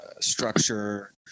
structure